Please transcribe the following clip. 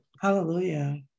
Hallelujah